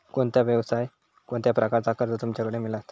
कोणत्या यवसाय कोणत्या प्रकारचा कर्ज तुमच्याकडे मेलता?